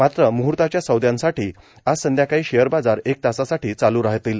मात्र मुहूर्ताच्या सौद्यासाठी आज संध्याकाळी शेअर बाजार एका तासासाठी चालु राहतील